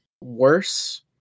worse